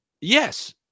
yes